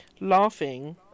Laughing